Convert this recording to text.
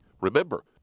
Remember